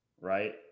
right